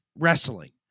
wrestling